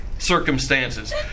Circumstances